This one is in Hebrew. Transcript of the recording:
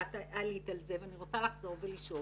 ואת עלית על זה ואני רוצה לחזור ולשאול,